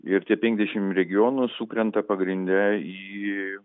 ir tie penkiasdešim regionų sukrenta pagrinde į